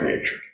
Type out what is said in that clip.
nature